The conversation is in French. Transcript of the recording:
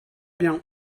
bien